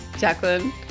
Jacqueline